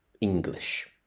English